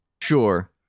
Sure